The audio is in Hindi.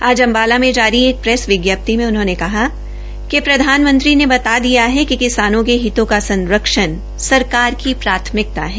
आज अम्बाला में अजारी एक प्रेस विज्ञाप्ति में उन्होंने कहा कि प्रधानमंत्री ने बता दिया है कि किसानों के हितों का संरक्षण सरकार की प्राथमिकता है